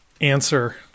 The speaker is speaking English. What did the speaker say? answer